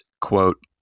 quote